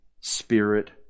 Spirit